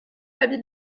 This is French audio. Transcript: l’avis